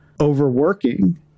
overworking